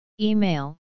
Email